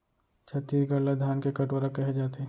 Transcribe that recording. छत्तीसगढ़ ल धान के कटोरा कहे जाथे